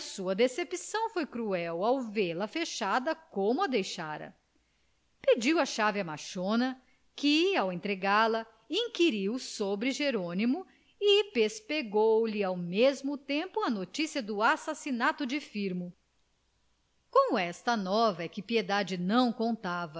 sua decepção foi cruel ao vê-la fechada como a deixara pediu a chave à machona que ao entregá la inquiriu sobre jerônimo e pespegou lhe ao mesmo tempo a noticia do assassinato de firmo com esta nova é que piedade não contava